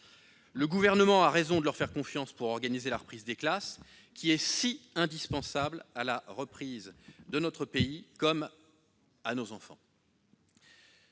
Le Gouvernement a raison de leur faire confiance pour organiser la réouverture des classes, qui est si indispensable à la reprise de notre pays comme à nos enfants.